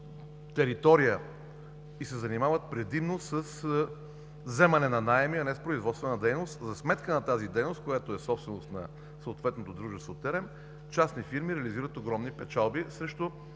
територия и се занимават предимно с вземане на наеми, а не с производствена дейност. За сметка на тази дейност, която е собственост на съответното дружество ТЕРЕМ, частни фирми реализират огромни печалби, срещу